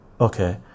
okay